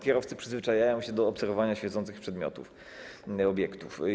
Kierowcy przyzwyczajają się do obserwowania świecących przedmiotów, obiektów.